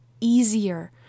easier